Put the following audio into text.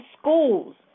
schools